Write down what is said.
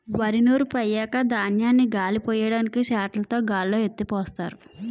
వరి నూర్పు అయ్యాక ధాన్యాన్ని గాలిపొయ్యడానికి చేటలుతో గాల్లో ఎత్తిపోస్తారు